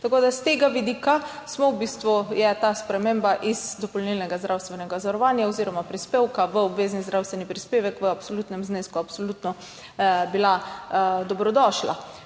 Tako da s tega vidika je ta sprememba iz dopolnilnega zdravstvenega zavarovanja oziroma prispevka v obvezni zdravstveni prispevek v absolutnem znesku absolutno bila dobrodošla.